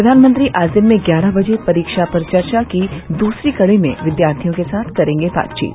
प्रधानमंत्री आज दिन में ग्यारह बजे परीक्षा पर चर्चा की दूसरी कड़ी में विद्यार्थियों के साथ करेंगे बातचीत